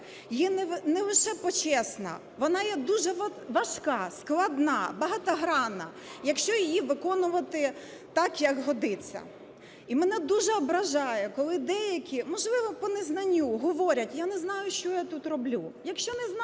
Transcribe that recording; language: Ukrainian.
є не лише почесна, вона є дуже важка, складна, багатогранна, якщо її виконувати так як годиться. І мене дуже ображає, коли деякі, можливо, по незнанню, говорять: "Я не знаю, що я тут роблю".